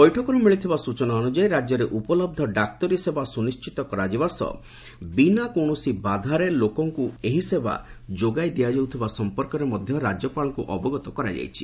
ବୈଠକରୁ ମିଳିଥିବା ସ୍ୱଚନା ଅନୁଯାୟୀ ରାଜ୍ୟରେ ଉପଲବ୍ଧ ଡାକ୍ତରୀ ସେବା ସୁନିଶ୍ଚିତ କରାଯିବା ସହ ବିନା କୌଣସି ବାଧାରେ ଲୋକଙ୍କୁ ଏହି ସେବା ଯୋଗାଇ ଦିଆଯିବା ସଂପର୍କରେ ମଧ୍ୟ ରାଜ୍ୟପାଳଙ୍କୁ ଅବଗତ କରାଯାଇଛି